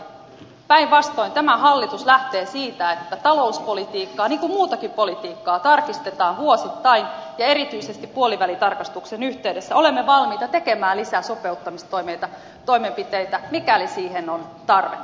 päinvastoin tämä hallitus lähtee siitä että talouspolitiikkaa niin kuin muutakin politiikkaa tarkistetaan vuosittain ja erityisesti puolivälitarkastuksen yhteydessä olemme valmiita tekemään lisää sopeuttamistoimenpiteitä mikäli siihen on tarvetta